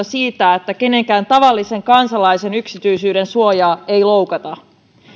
siitä että kenenkään tavallisen kansalaisen yksityisyyden suojaa ei loukata